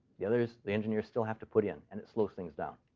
the others the engineers still have to put in, and it slows things down.